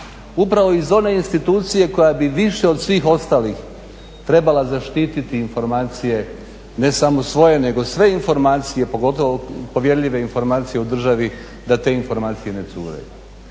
Upravo iz one institucije koja bi više od svih ostalih trebala zaštiti informacije ne samo svoje, nego sve informacije, pogotovo povjerljive informacije o državi, da te informacije ne cure.